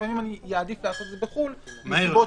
לפעמים אעדיף לעשות את זה בחו"ל מסיבות